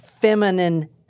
Feminine